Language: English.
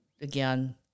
again